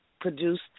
produced